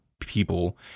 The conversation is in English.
people